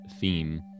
theme